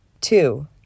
Two